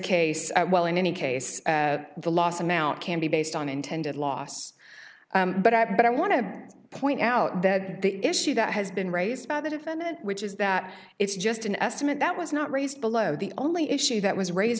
case while in any case the loss amount can be based on intended loss but i but i want to point out that the issue that has been raised by the defendant which is that it's just an estimate that was not raised below the only issue that was raised